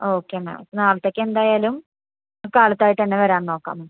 okay ma'am നാളത്തേക്കെന്തായാലും കാലത്തായിട്ടു തന്നെ വരാം നോക്കാം